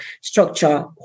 structure